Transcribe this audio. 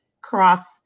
cross